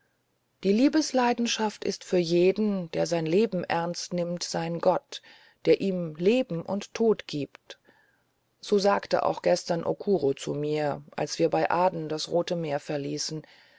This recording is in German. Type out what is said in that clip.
die liebesleidenschaft ist für jeden der sein leben ernst nimmt sein gott der ihm leben und tod gibt so sagte auch gestern okuro zu mir als wir bei aden das rote meer verließen